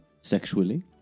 sexually